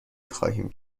خواهیم